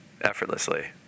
effortlessly